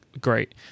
great